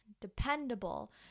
dependable